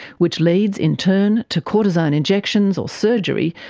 which leads, in turn, to cortisone injections or surgery,